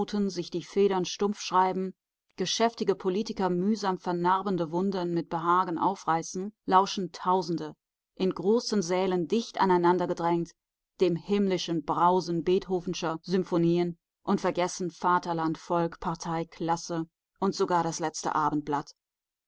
sich die federn stumpf schreiben geschäftige politiker mühsam vernarbende wunden mit behagen aufreißen lauschen tausende in großen sälen dicht aneinander gedrängt dem himmlischen brausen beethovenscher symphonien und vergessen vaterland volk partei klasse und sogar das letzte abendblatt